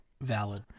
valid